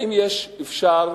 האם אפשר,